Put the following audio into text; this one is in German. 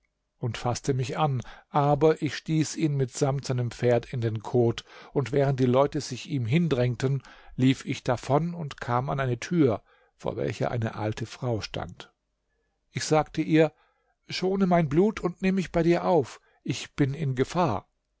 und faßte mich an aber ich stieß ihn mitsamt seinem pferd in den kot und während die leute sich zu ihm hindrängten lief ich davon und kam an eine tür vor welcher eine alte frau stand ich sagte ihr schone mein blut und nimm mich bei dir auf ich bin in gefahr